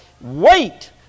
Wait